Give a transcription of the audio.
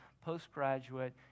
postgraduate